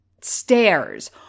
stairs